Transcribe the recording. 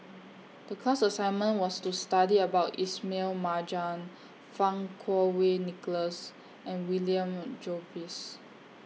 The class assignment was to study about Ismail Marjan Fang Kuo Wei Nicholas and William Jervois